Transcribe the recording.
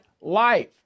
life